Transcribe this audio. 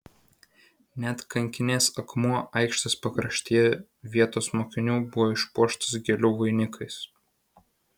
net kankinės akmuo aikštės pakraštyje vietos mokinių buvo išpuoštas gėlių vainikais